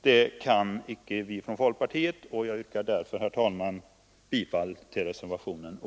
Det kan icke vi i folkpartiet göra, och jag yrkar därför, herr talman, bifall till reservationen O.